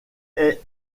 est